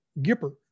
Gipper